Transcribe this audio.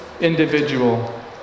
individual